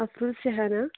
Abdul Shehana